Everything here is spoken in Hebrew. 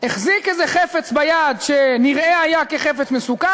החזיק ביד איזה חפץ שנראה כחפץ מסוכן,